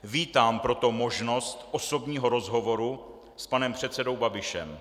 Vítám proto možnost osobního rozhovoru s panem předsedou Babišem.